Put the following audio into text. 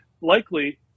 likely